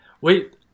wait